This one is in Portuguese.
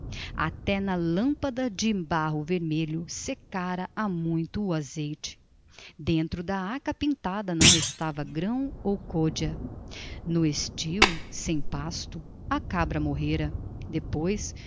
até na lâmpada de barro vermelho secara há muito o azeite dentro da arca pintada não restava grão ou côdea no estio sem pasto a cabra morrera depois